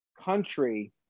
country